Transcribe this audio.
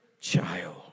child